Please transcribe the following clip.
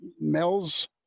Mel's